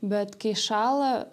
bet kai šąla